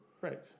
Right